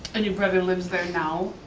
and your brother lives there now.